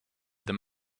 them